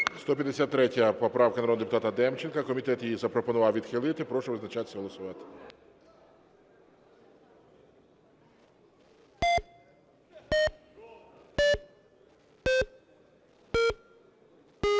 153 поправка народного депутата Демченка. Комітет її запропонував відхилити. Прошу визначатися та голосувати.